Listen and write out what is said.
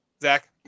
Zach